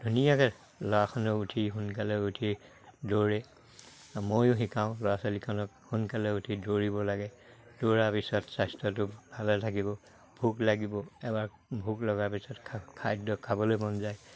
ধুনীয়াকে ল'ৰাখনেও উঠি সোনকালে উঠি দৌৰে ময়ো শিকাওঁ ল'ৰা ছোৱালীখনক সোনকালে উঠি দৌৰিব লাগে দৌৰাৰ পিছত স্বাস্থ্যটো ভালে থাকিব ভোক লাগিব এবাৰ ভোক লগা পিছত খাদ্য খাবলৈ মন যায়